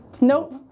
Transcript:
Nope